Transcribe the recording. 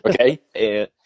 okay